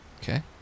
Okay